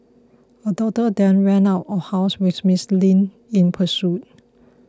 her daughter then ran out of house with Miss Li in pursuit